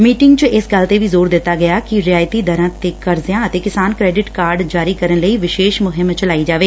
meeting ਚ ਇਸ ਗੱਲ ਤੇ ਵੀ ਜ਼ੋਰ ਦਿੱਤਾ ਗਿਆ ਕਿ ਰਿਆਇਤੀ ਦਰਾਂ ਤੇ ਕਰਜ਼ਿਆਂ ਅਤੇ ਕਿਸਾਨ ਕਰੈਡਿਟ ਕਾਰਡ ਜਾਰੀ ਕਰਨ ਲਈ ਵਿਸ਼ੇਸ਼ ਮੁਹਿੰਮ ਚਲਾਈ ਜਾਵੇ